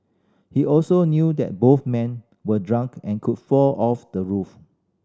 he also knew that both men were drunk and could fall off the roof